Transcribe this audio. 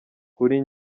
kuri